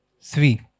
three